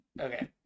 Okay